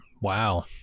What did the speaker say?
wow